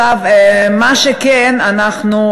יכולים לשנות.